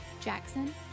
Jackson